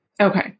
Okay